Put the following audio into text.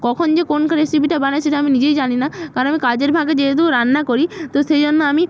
কখন যে কোন রেসিপিটা বানাই সেটা আমি নিজেই জানি না কারণ আমি কাজের ফাঁকে যেহেতু রান্না করি তো সেই জন্য আমি